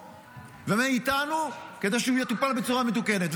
ומאיתנו כדי שזה יטופל בצורה מתוקנת.